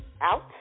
out